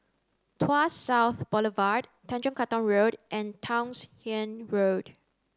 Tuas South Boulevard Tanjong Katong Road and Townshend Road